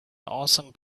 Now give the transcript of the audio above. awesome